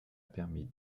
permis